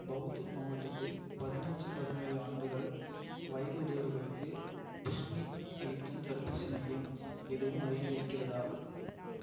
பௌது மாவட்டத்தில் பதினஞ்சு பதினேழு ஆண்டுகள் வயது உடையவர்களுக்கு புஸ்னிக் அளிக்கும் தடுப்பூசி மையம் எதுவும் அருகில் இருக்கிறதா